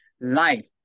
life